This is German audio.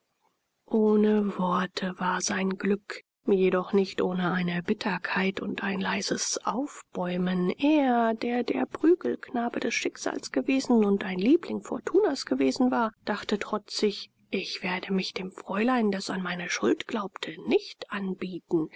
ohne worte war sein glück jedoch nicht ohne eine bitterkeit und ein leises aufbäumen er der der prügelknabe des schicksals gewesen und ein liebling fortunas geworden war dachte trotzig ich werde mich dem fräulein das an meine schuld glaubte nicht anbieten